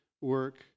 work